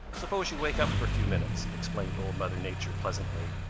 suppose you wake up for a few minutes, explained old mother nature pleasantly.